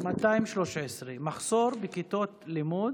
213. מחסור בכיתות לימוד